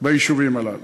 ביישובים הללו.